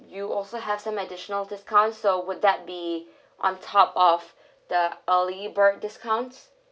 you also have some additional discount so would that be on top of the early bird discounts